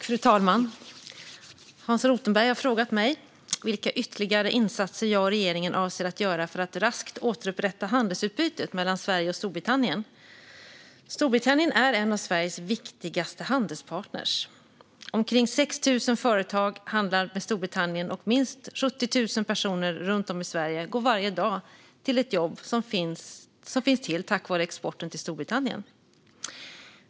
Fru talman! Hans Rothenberg har frågat mig vilka ytterligare insatser jag och regeringen avser att göra för att raskt återupprätta handelsutbytet mellan Sverige och Storbritannien. Storbritannien är en av Sveriges viktigaste handelspartner. Omkring 6 000 svenska företag handlar med Storbritannien, och minst 70 000 personer runt om i Sverige går varje dag till ett jobb som finns till tack vare exporten till Storbritannien.